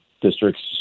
districts